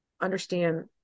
understand